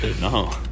No